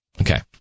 Okay